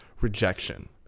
rejection